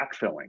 backfilling